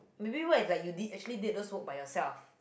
maybe what if like you did actually did those work by yourself